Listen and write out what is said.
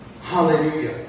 Hallelujah